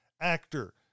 actor